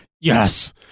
Yes